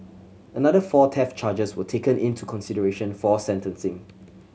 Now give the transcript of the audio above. another four theft charges were taken into consideration for sentencing